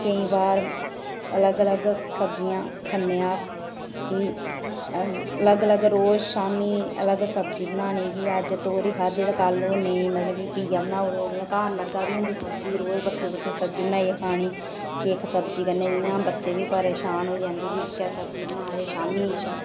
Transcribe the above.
केईं बार अलग अलग सब्जियां खन्ने आं अस की अलग अलग रोज़ शामीं अलग सब्जी बनानी कि अज्ज तोरी बनानी ते कल्ल ओह् नेईं घीआ बनाई ओड़ेआ जि''यां घर लग्गा दी होंदी सब्जी रोज़ बक्खरी बक्खरी सब्जी बनाइयै खानी के जियां इक्क सब्जी कन्नै बच्चे बी परेशान होई जंदे कि इक्कै सब्ज़ी बना दे शामीं